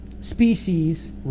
species